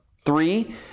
three